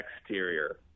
exterior